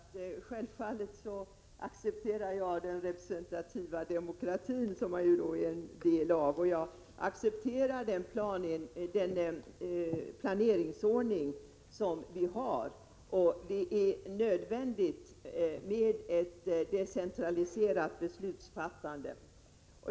Herr talman! Jag vill upprepa vad jag har sagt. Självfallet accepterar jag den representativa demokratin som jag är en del av. Jag accepterar också den planeringsordning som vi har. Det är nödvändigt med ett decentraliserat beslutsfattande.